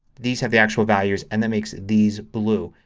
these have the actual values, and it makes these blue.